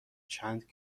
چند